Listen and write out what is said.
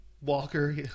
walker